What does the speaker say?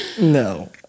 No